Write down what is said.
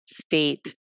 state